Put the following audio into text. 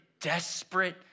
desperate